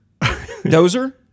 Dozer